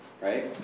Right